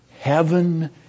Heaven